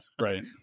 Right